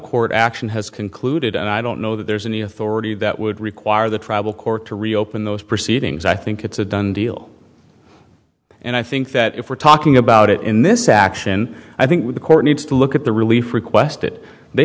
court action has concluded and i don't know that there's any authority that would require the tribal court to reopen those proceedings i think it's a done deal and i think that if we're talking about it in this action i think the court needs to look at the relief requested they